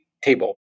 table